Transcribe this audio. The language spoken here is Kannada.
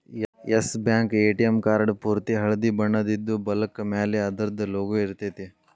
ಎಸ್ ಬ್ಯಾಂಕ್ ಎ.ಟಿ.ಎಂ ಕಾರ್ಡ್ ಪೂರ್ತಿ ಹಳ್ದಿ ಬಣ್ಣದಿದ್ದು, ಬಲಕ್ಕ ಮ್ಯಾಲೆ ಅದರ್ದ್ ಲೊಗೊ ಇರ್ತೆತಿ